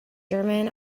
german